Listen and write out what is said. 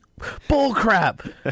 bullcrap